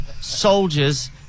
soldiers